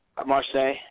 Marseille